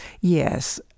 Yes